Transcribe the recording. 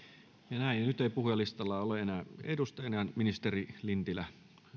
nyt ei puhujalistalla ole enää edustajia joten ministeri lintilä